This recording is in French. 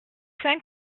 cinq